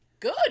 good